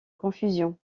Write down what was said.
confusion